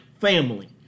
family